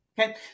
Okay